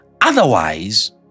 Otherwise